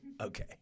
Okay